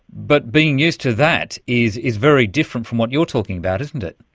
but being used to that is is very different from what you're talking about, isn't it.